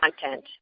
content